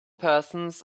persons